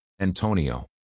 Antonio